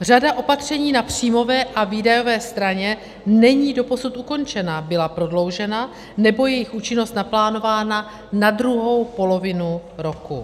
Řada opatření na příjmové a výdajové straně není doposud ukončena, byla prodloužena nebo jejich účinnost naplánována na druhou polovinu roku.